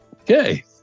Okay